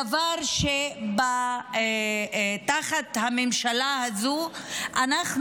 זה דבר שתחת הממשלה הזו אנחנו,